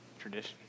Tradition